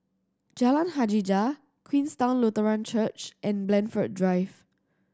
Jalan Hajijah Queenstown Lutheran Church and Blandford Drive